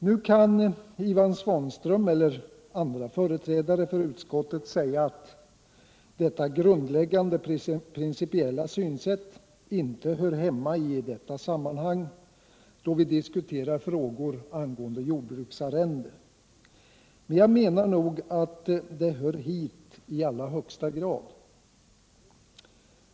Nu kan Ivan Svanström eller andra företrädare för utskottet säga att detta grundläggande principiella synsätt inte hör hemma i det här sammanhanget, då vi diskuterar frågor om jordbruksarrende. Men jag menar att det hör hit i allra högsta grad.